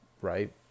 right